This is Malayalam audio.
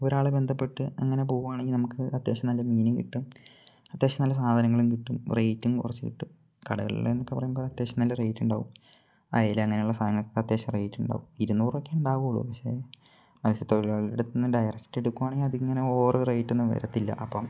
ഒരാളെ ബന്ധപ്പെട്ട് അങ്ങനെ പോവുകയാണെങ്കില് നമുക്ക് അത്യാവശ്യം നല്ല മീനും കിട്ടും അത്യാവശ്യം നല്ല സാധനങ്ങളും കിട്ടും റേയ്റ്റും കുറച്ചുകിട്ടും കടകളിലേതെന്നൊക്കെ പറയുമ്പോള് അത്യാവശ്യം നല്ല റേയ്റ്റുണ്ടാകും അയല അങ്ങനെയുള്ള സാധനങ്ങള്ക്കൊക്കെ അത്യാവശ്യം റേയ്റ്റുണ്ടാകും ഇരുന്നൂറൊക്കെയെ ഉണ്ടാവുകയുള്ളൂ പക്ഷേ മത്സ്യത്തൊഴിലാളിയുടെ അടുത്തുനിന്ന് ഡയറക്റ്റ് എടുക്കുകയാണെങ്കില് അതിങ്ങനെ ഓവർ റേയ്റ്റൊന്നും വരില്ല അപ്പം